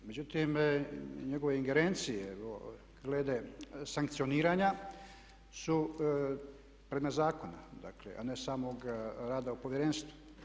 Međutim, njegove ingerencije glede sankcioniranja su predmet zakona, dakle a ne samog rada u Povjerenstvu.